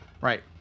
Right